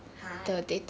hard